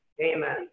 Amen